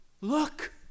Look